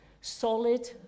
solid